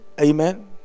Amen